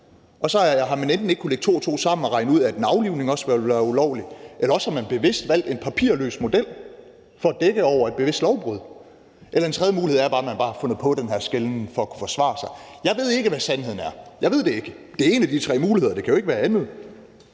Og så har man enten ikke kunnet lægge to og to sammen og regne ud, at en aflivning også ville være ulovlig, eller også har man bevidst valgt en papirløs model for at dække over et bevidst lovbrud. Og en tredje mulighed er bare, at man bare har fundet på den her skelnen for at kunne forsvare sig. Jeg ved ikke, hvad sandheden er. Jeg ved det ikke. Det er en af de tre muligheder, det kan jo ikke være andet.